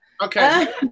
okay